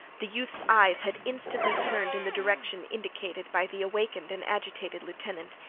the youth's eyes had instantly turned in the direction indicated by the awakened and agitated lieutenant,